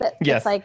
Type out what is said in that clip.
yes